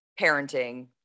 parenting